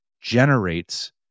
generates